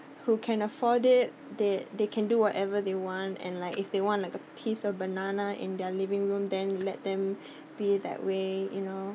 who can afford it they they can do whatever they want and like if they want like a piece of banana in their living room then let them be that way you know